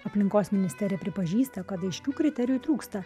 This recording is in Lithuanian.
aplinkos ministerija pripažįsta kad aiškių kriterijų trūksta